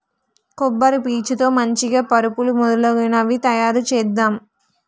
కొబ్బరి పీచు తో మంచిగ పరుపులు మొదలగునవి తాయారు చేద్దాం